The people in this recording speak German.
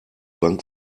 bank